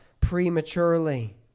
prematurely